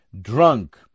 drunk